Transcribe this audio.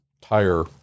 tire